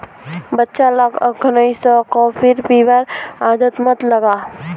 बच्चा लाक अखनइ स कॉफी पीबार आदत मत लगा